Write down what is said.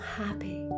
happy